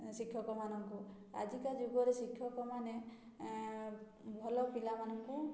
ଶିକ୍ଷକମାନଙ୍କୁ ଆଜି କା ଯୁଗରେ ଶିକ୍ଷକମାନେ ଭଲ ପିଲାମାନଙ୍କୁ